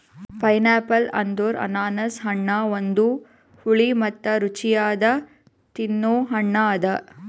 pineapple ಅಂದುರ್ ಅನಾನಸ್ ಹಣ್ಣ ಒಂದು ಹುಳಿ ಮತ್ತ ರುಚಿಯಾದ ತಿನ್ನೊ ಹಣ್ಣ ಅದಾ